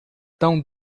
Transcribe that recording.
tão